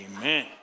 Amen